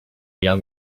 young